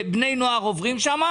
ושבני נוער עוברים בו,